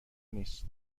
نیست